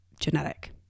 genetic